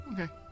Okay